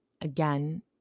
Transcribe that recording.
again